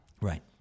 Right